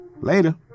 Later